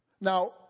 Now